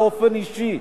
באופן אישי,